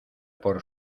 por